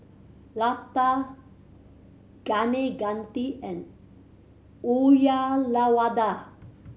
Lata Kaneganti and Uyyalawada